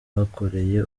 bakoreye